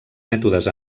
mètodes